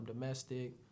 domestic